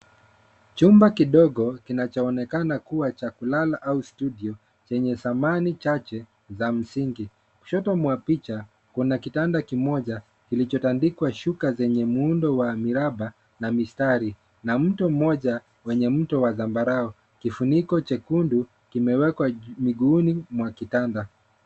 Chumba kidogo kinachoonekana kuwa cha kulala au studio chenye samani chache za msingi. Kushoto mwa picha, kuna kitanda kimoja kilichotandikwa shuka zenye muundo wa miraba na mistari, na mto mmoja ,wenye mto wa zambarau. Kifuniko chekundu kimewekwa miguuni mwa kitanda.